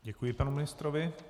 Děkuji panu ministrovi.